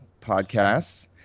podcasts